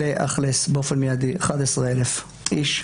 לאכלס באופן מידי 11,000 איש.